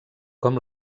com